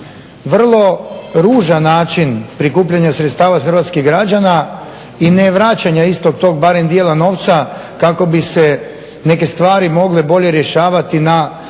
vrlo ružan način prikupljanja sredstava od hrvatskih građana i ne vraćanja istog tog barem dijela novca kako bi se neke stvari mogle bolje rješavati na